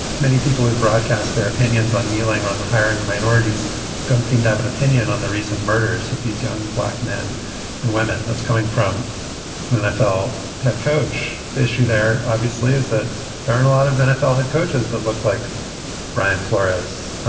many people who broadcast their opinions on kneeling on the hiring of minorities don't seem to have an opinion on the recent murders of these young black men and women. that's coming from the nfl head coach the issue there, obviously, is that there aren't a lot of nfl head coaches that look like brian flores.